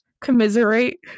commiserate